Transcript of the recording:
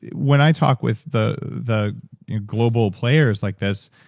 when i talk with the the global players like this,